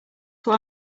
what